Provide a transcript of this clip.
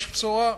יש בשורה,